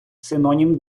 синонім